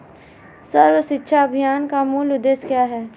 सर्व शिक्षा अभियान का मूल उद्देश्य क्या है?